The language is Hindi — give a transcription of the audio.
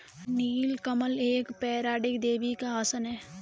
नील कमल एक पौराणिक देवी का आसन भी है